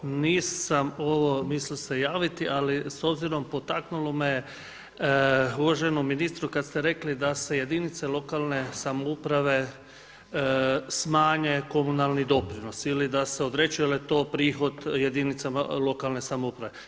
Nisam se mislio javiti ali s obzirom, potaknulo me, uvaženom ministru kada ste rekli da se jedinice lokalne samouprave smanje komunalni doprinos ili da se odrekne jer je to prihod jedinicama lokalne samouprave.